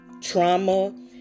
trauma